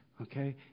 Okay